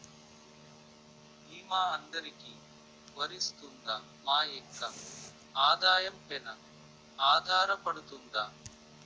భీమా అందరికీ వరిస్తుందా? మా యెక్క ఆదాయం పెన ఆధారపడుతుందా?